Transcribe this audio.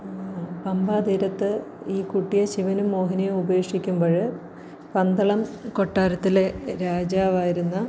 പമ്പാ തീരത്ത് ഈ കുട്ടിയെ ശിവനും മോഹിനിയും ഉപേക്ഷിക്കുമ്പോൾ പന്തളം കൊട്ടാരത്തിലെ രാജാവായിരുന്ന